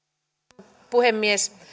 arvoisa puhemies